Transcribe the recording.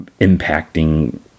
impacting